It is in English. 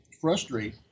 frustrate